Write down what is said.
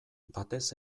batez